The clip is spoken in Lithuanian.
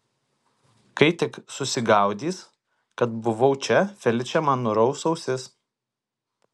kai tik susigaudys kad buvau čia feličė man nuraus ausis